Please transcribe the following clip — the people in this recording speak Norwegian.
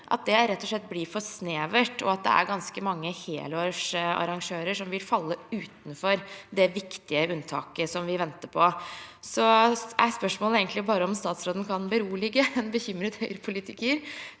rett og slett blir for snevert, og at det er ganske mange helårsarrangører som vil falle utenfor det viktige unntaket som vi venter på. Spørsmålet er egentlig bare om statsråden kan berolige en bekymret politiker